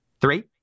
Three